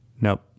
Nope